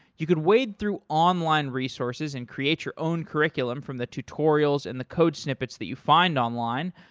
you could wade through online resources and create your own curriculum from the tutorials and the code snippets that you find online,